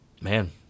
Man